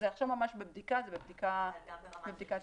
זה עכשיו בבדיקת היתכנות.